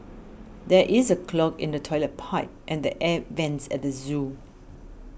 there is a clog in the Toilet Pipe and the Air Vents at the zoo